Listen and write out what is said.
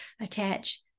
attach